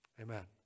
amen